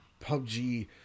PUBG